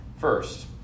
First